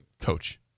coach